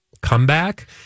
comeback